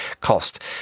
cost